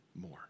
more